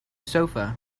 sofa